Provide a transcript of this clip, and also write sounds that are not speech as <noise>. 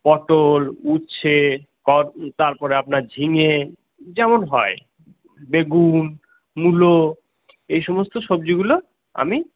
পটল উচ্ছে <unintelligible> তারপর আপনার ঝিঙে যেমন হয় বেগুন মূলো এই সমস্ত সবজিগুলো আমি